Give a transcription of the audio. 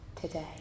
today